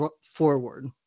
forward